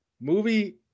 movie